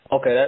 Okay